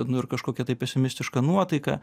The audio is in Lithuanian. nu ir kažkokia tai pesimistiška nuotaika